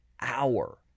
hour